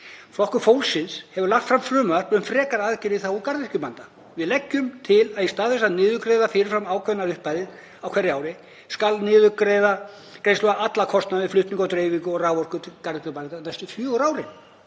Flokkur fólksins hefur lagt fram frumvarp um frekari aðgerðir í þágu garðyrkjubænda. Við leggjum til að í stað þess að niðurgreiða fyrir fram ákveðnar upphæðir á hverju ári skuli niðurgreiða allan kostnað við flutning og dreifingu á raforku til garðyrkjubænda næstu fjögur árin.